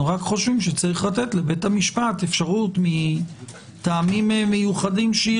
רק חושבים שיש לתת לבית המשפט מטעמים שיירשמו,